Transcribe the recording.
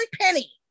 penny